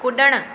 कुड॒णु